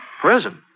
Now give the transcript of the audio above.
Prison